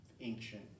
ancient